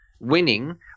Winning